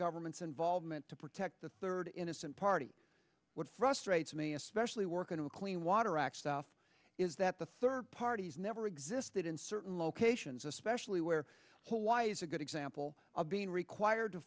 government's involvement to protect the third innocent party what frustrates me especially working in a clean water act stuff is that the third parties never existed in certain locations especially where hawaii is a good example of being required to